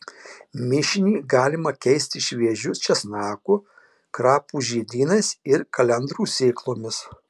mišinį galima keisti šviežiu česnaku krapų žiedynais ir kalendrų sėklomis